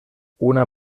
una